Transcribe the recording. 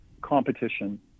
competition